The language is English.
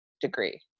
degree